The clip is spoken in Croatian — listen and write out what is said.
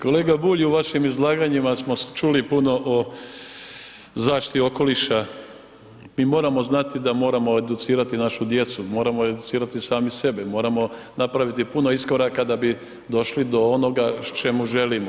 Kolega Bulj u vašim izlaganjima smo čuli puno o zaštiti okoliša i moramo znati da moramo educirati našu djecu, moramo educirati sami sebe, moramo napraviti puno iskoraka da bi došli do onoga čemu želimo.